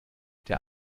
der